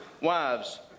wives